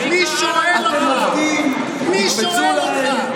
מי קרא לנו חיות?